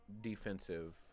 defensive